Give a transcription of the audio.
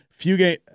Fugate